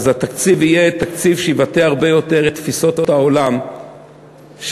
התקציב יהיה תקציב שיבטא הרבה יותר את תפיסות העולם שלנו,